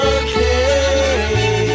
okay